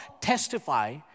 testify